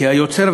כי היוצר,